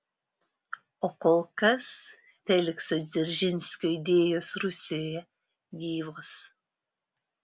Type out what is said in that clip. o kol kas felikso dzeržinskio idėjos rusijoje gyvos